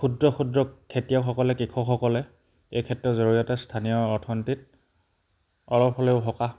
ক্ষুদ্ৰ ক্ষুদ্ৰ খেতিয়কসকলে কৃষকসকলে এই ক্ষেত্ৰৰ জৰিয়তে স্থানীয় অৰ্থনীতিত অলপ হ'লেও সকাহ